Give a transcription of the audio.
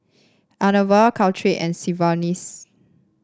Enervon Caltrate and Sigvaris